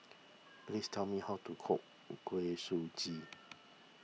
please tell me how to cook Kuih Suji